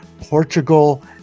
Portugal